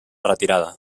retirada